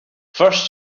first